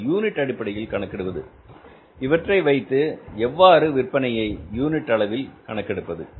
அது யூனிட் அடிப்படையில் கணக்கிடுவது இவற்றை வைத்து எவ்வாறு விற்பனையை யூனிட் அளவில் கணக்கெடுப்பது